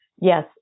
Yes